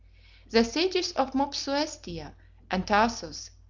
the sieges of mopsuestia and tarsus,